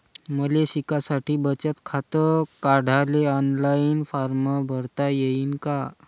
मले शिकासाठी बचत खात काढाले ऑनलाईन फारम भरता येईन का?